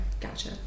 gotcha